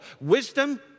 Wisdom